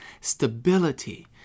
stability